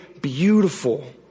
beautiful